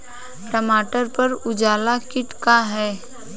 टमाटर पर उजला किट का है?